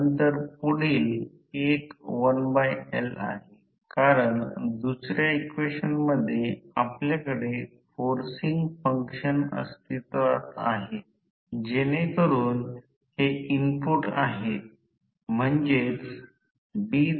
तर Kw1 हे winding घटक आहे यावर चर्चा झाली नाही आहे फक्त तेच लक्षात ठेवा कारण तिसऱ्या वर्षाच्या च्या इलेक्ट्रिकल इंजीनियरिंग मध्ये ते आपण इंडक्शन मशीन बद्दल जास्त माहिती घेणार आहोत